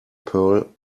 pearl